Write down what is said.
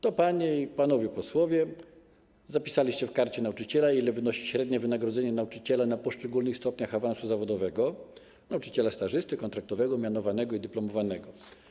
To wy, panie i panowie posłowie, zapisaliście w Karcie Nauczyciela, ile wynosi średnie wynagrodzenie nauczyciela na poszczególnych stopniach awansu zawodowego: nauczyciela stażysty, kontraktowego, mianowanego i dyplomowanego.